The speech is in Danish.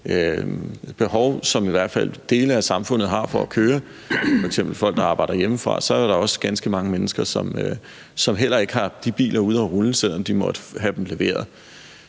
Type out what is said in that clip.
køre, som i hvert fald dele af samfundet har, f.eks. folk, der arbejder hjemmefra, så er der også ganske mange mennesker, som heller ikke har de biler ude at rulle, selv om de måtte have fået dem leveret.